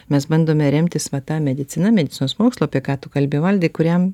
mes bandome remtis va ta medicina medicinos mokslu apie ką tu kalbi valdai kuriam